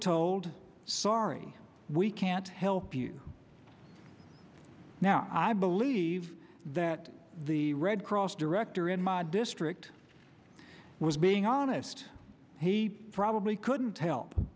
told sorry we can't help you now i believe that the red cross director in my district was being honest he probably couldn't help